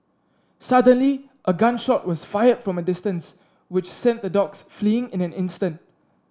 suddenly a gun shot was fired from a distance which sent the dogs fleeing in an instant